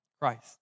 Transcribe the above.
Christ